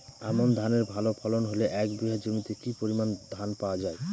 আমন ধানের ভালো ফলন হলে এক বিঘা জমিতে কি পরিমান ধান পাওয়া যায়?